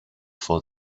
for